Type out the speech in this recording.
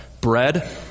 bread